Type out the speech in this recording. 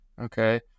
okay